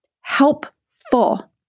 helpful